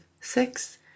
six